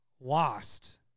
Lost